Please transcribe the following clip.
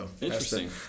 Interesting